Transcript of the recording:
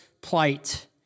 plight